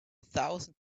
thousand